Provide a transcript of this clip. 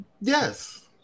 yes